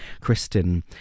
Kristen